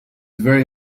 very